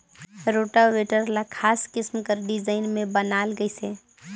rotavator ल खास किसम कर डिजईन में बनाल गइसे